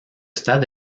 stade